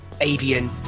avian